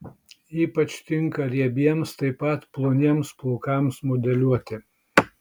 ypač tinka riebiems taip pat ploniems plaukams modeliuoti